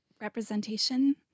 representation